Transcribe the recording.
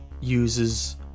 uses